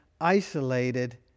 isolated